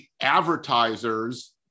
advertisers